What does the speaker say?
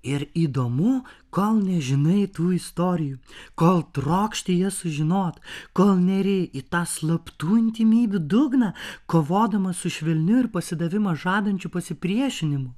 ir įdomu kol nežinai tų istorijų kol trokšti jas sužinot kol neri į tą slaptų intymybių dugną kovodama su švelniu ir pasidavimą žadančiu pasipriešinimu